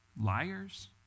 liars